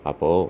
Apo